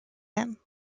him